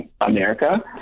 America